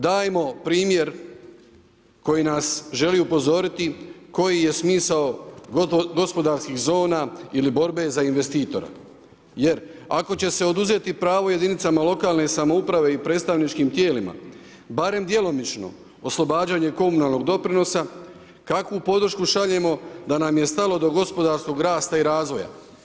Dajmo primjer koji nas želi upozoriti koji je smisao gospodarskih zona ili borbe za investitora jer ako će se oduzeti pravo jedinicama lokalne samouprave i predstavničkim tijelima, barem djelomično oslobađanje komunalnog doprinosa, kakvu podršku šaljemo da nam je stalo do gospodarskog rasta i razvoja?